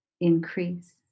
increase